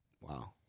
Wow